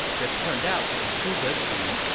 this turned out to be zhuge jin,